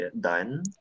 done